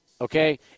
okay